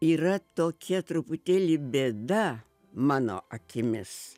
yra tokia truputėlį bėda mano akimis